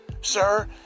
Sir